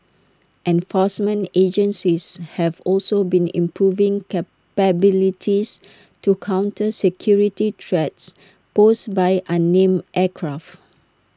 enforcement agencies have also been improving capabilities to counter security threats posed by uname aircraft